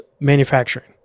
manufacturing